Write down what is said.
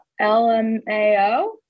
lmao